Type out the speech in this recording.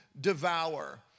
devour